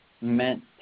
meant